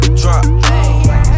drop